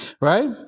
Right